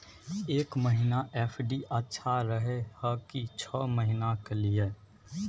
एक महीना एफ.डी अच्छा रहय हय की छः महीना के लिए?